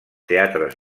teatres